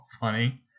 funny